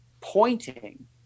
pointing